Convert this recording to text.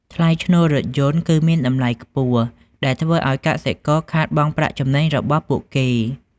ថ្លៃឈ្នួលរថយន្ត គឺមានតម្លៃខ្ពស់ ដែលធ្វើឱ្យកសិករខាតបង់ប្រាក់ចំណេញរបស់ពួកគេ។